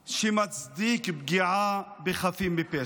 שמצדיק פגיעה בחפים מפשע.